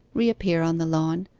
reappear on the lawn,